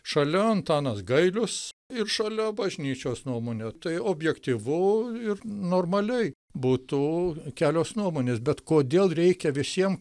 šalia antanas gailius ir šalia bažnyčios nuomonė tai objektyvu ir normaliai būtų kelios nuomonės bet kodėl reikia visiem